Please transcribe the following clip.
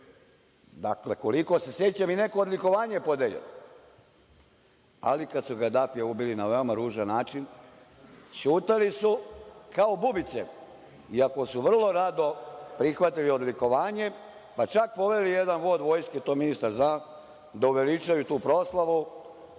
Dakle, koliko se sećam i neko odlikovanje je podeljeno, ali kada su Gadafija ubili na veoma ružan način, ćutali su kao bubice iako su vrlo rado prihvatili odlikovanje, pa čak poveli jedan vod vojske, a to ministar zna, da uveličaju tu proslavu